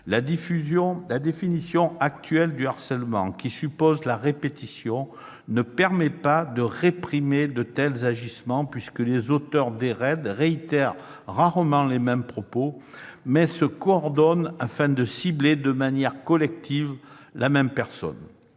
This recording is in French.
la définition actuelle du harcèlement, qui suppose la répétition, ne permet pas de réprimer de tels agissements, puisque les auteurs des « raids » réitèrent rarement les mêmes propos, mais se coordonnent afin de cibler, de manière collective, la même personne.